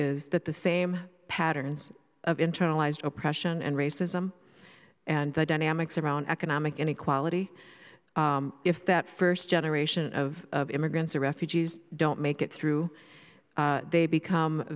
is that the same patterns of internalized oppression and racism and the dynamics around economic inequality if that first generation of immigrants or refugees don't make it through they become